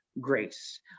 grace